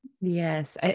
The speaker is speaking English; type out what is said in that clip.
Yes